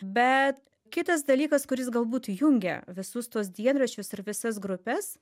bet kitas dalykas kuris galbūt jungia visus tuos dienoraščius ir visas grupes